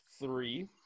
three